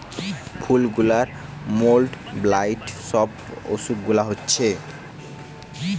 ফুল গুলার mould, blight সব অসুখ গুলা হচ্ছে